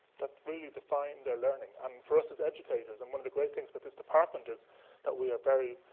that really define their learning. and for us as educators, and one of the great things about but this department is that we are very,